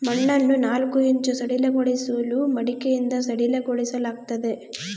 ಮಣ್ಣನ್ನು ನಾಲ್ಕು ಇಂಚು ಸಡಿಲಗೊಳಿಸಲು ಮಡಿಕೆಯಿಂದ ಸಡಿಲಗೊಳಿಸಲಾಗ್ತದೆ